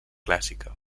clàssica